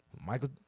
Michael